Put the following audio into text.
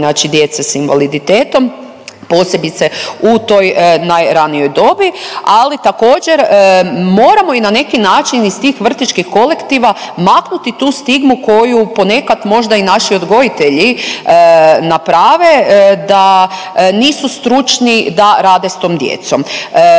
znači djece sa invaliditetom posebice u toj najranijoj dobi. Ali također moramo i na neki način iz tih vrtićkih kolektiva maknuti tu stigmu ponekad možda i naši odgojitelji naprave da nisu stručni da rade s tom djecom.